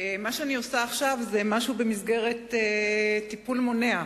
מה שאני עושה עכשיו זה משהו במסגרת טיפול מונע.